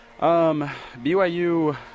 BYU